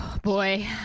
Boy